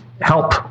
help